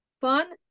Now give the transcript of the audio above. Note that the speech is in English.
fun